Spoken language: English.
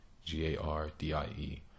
G-A-R-D-I-E